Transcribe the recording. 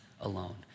alone